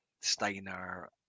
Steiner